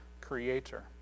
creator